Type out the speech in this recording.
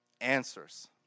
answers